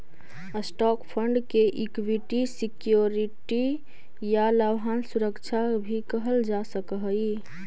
stock fund के equity security या लाभांश सुरक्षा भी कहल जा सकऽ हई